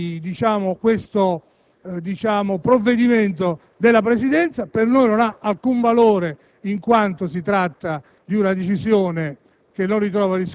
il provvedimento della Presidenza: per noi non ha alcun valore in quanto si tratta di una decisione